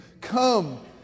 Come